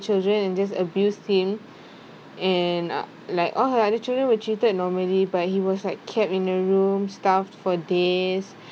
children in this abuse scene and like all her other children were treated normally but he was like kept in a room starved for days